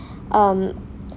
um